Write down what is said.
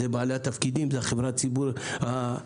זה בעלי התפקידים, הציבור.